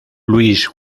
luis